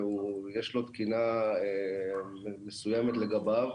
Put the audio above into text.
ויש תקינה מסוימת לגביו,